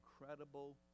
incredible